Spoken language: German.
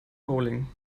bowling